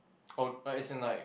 oh oh as in like